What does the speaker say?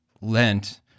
Lent